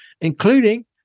including